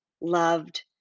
loved